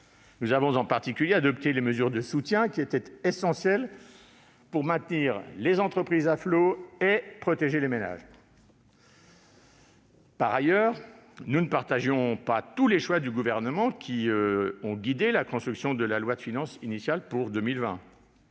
Nous avons en particulier adopté les mesures de soutien qui étaient essentielles pour maintenir les entreprises à flot et protéger les ménages. Toutefois, nous ne partagions pas tous les choix du Gouvernement ayant guidé la construction de la loi de finances initiale pour 2020.